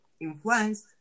influence